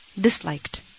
disliked